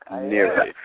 nearly